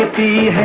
the